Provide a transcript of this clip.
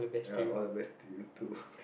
ya all the best to you too